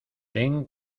ten